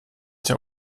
der